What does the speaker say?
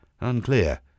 unclear